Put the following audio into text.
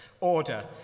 order